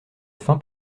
fin